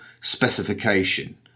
specification